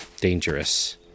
dangerous